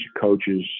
coaches